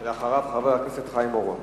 אחריו, חבר הכנסת חיים אורון.